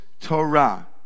Torah